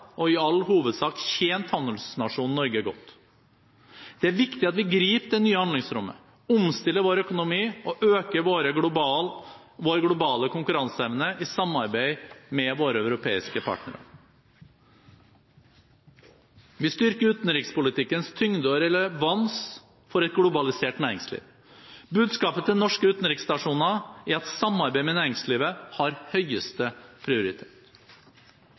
og i all hovedsak tjent handelsnasjonen Norge godt. Det er viktig at vi griper det nye handlingsrommet, omstiller vår økonomi og øker vår globale konkurranseevne i samarbeid med våre europeiske partnere. Vi styrker utenrikspolitikkens tyngde og relevans for et globalisert norsk næringsliv. Budskapet til norske utenriksstasjoner er at samarbeid med næringslivet har høyeste prioritet.